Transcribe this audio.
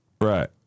Right